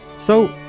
so,